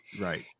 Right